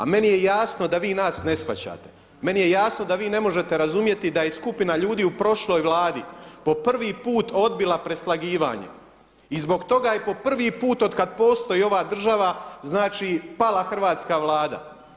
A meni je jasno da vi nas ne shvaćate, meni je jasno da vi ne možete razumjeti da je skupina ljudi u prošloj Vladi po prvi put odbila preslagivanje i zbog toga je po prvi put od kad postoji ova država znači pala hrvatska Vlada.